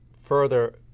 further